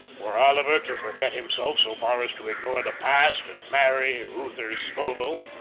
were oliver to forget himself so far as to ignore the past and marry reuther scoville,